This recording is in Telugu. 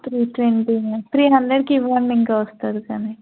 త్రీ ట్వంటీ త్రీ హండ్రెడ్కి ఇవ్వండి ఇంక వస్తుంది కానీ